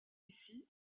ici